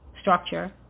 structure